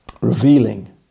revealing